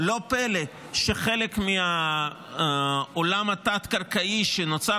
לא פלא שחלק מהעולם התת-קרקעי שנוצר